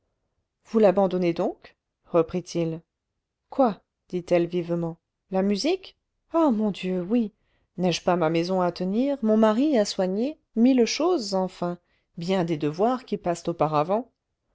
vous l'abandonnez donc reprit-il quoi dit-elle vivement la musique ah mon dieu oui n'ai-je pas ma maison à tenir mon mari à soigner mille choses enfin bien des devoirs qui passent auparavant